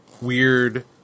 weird